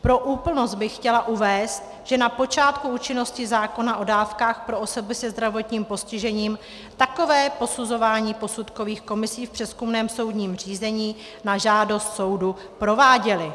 Pro úplnost bych chtěla uvést, že na počátku účinnosti zákona o dávkách pro osoby se zdravotním postižením takové posuzování posudkové komise v přezkumném soudním řízení na žádost soudu prováděly.